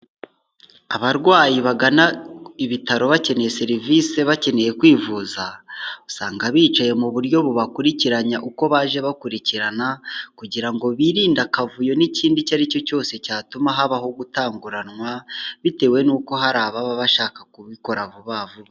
Abarwayi bagana ibitaro bakeneye serivisi bakeneye kwivuza, usanga bicaye mu buryo bubakurikiranya uko baje bakurikirana, kugira ngo birinde akavuyo n'ikindi icyo aricyo cyose cyatuma habaho gutanguranwa, bitewe n'uko hari ababa bashaka kubikora vuba vuba.